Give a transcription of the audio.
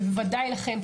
ובוודאי לכם.